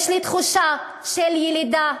יש לי תחושה של ילידה.